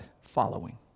following